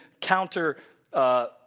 counter